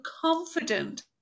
confident